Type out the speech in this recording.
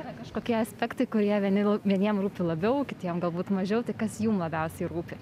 kažkokie aspektai kurie vieni vieniem rūpi labiau kitiem galbūt mažiau tai kas jum labiausiai rūpi